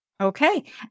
Okay